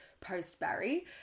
post-Barry